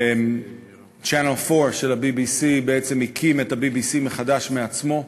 Channel 4 של ה-BBC בעצם הקים את ה-BBC מחדש מעצמו.